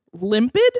Limpid